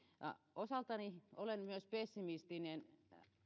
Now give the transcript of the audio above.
osaltani olen myös pessimistinen